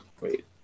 Wait